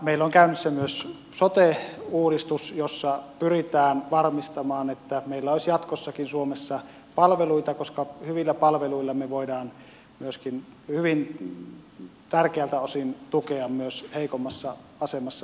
meillä on käynnissä myös sote uudistus jossa pyritään varmistamaan että meillä olisi jatkossakin suomessa palveluita koska hyvillä palveluilla me voimme hyvin tärkeältä osin tukea heikommassa asemassa olevia ja myöskin lapsiperheitä